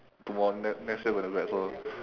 two more next next year gonna grad so